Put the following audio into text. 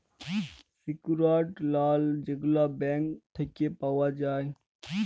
secured loan যেগলা bank থ্যাইকে পাউয়া যায়